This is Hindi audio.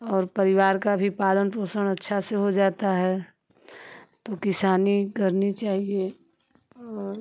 और परिवार का भी पालन पोषण अच्छा से हो जाता है तो किसानी करनी चाहिए और